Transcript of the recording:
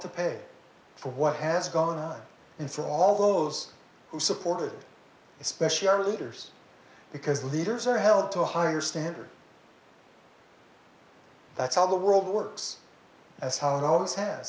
to pay for what has gone in for all those who supported especially our leaders because leaders are held to a higher standard that's how the world works as how it always has